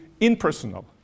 impersonal